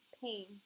pain